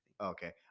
Okay